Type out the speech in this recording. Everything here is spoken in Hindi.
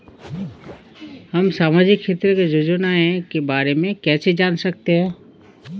हम सामाजिक क्षेत्र की योजनाओं के बारे में कैसे जान सकते हैं?